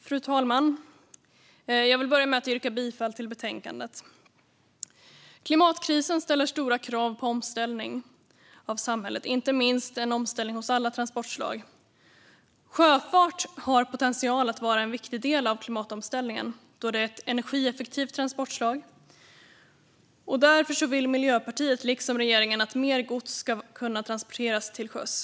Fru talman! Jag vill börja med att yrka bifall till förslaget till beslut. Klimatkrisen ställer stora krav på omställning av samhället, inte minst hos alla transportslag. Sjöfart har potential att vara en viktig del av klimatomställningen, då det är ett energieffektivt transportslag. Därför vill Miljöpartiet, liksom regeringen, att mer gods ska kunna transporteras till sjöss.